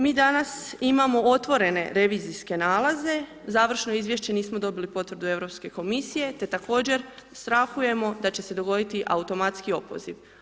Mi danas imamo otvorene revizijske nalaze, završno izvješće, nismo dobili potvrdu Europske komisije te također strahujemo da će se dogoditi automatski opoziv.